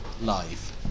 live